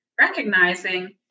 recognizing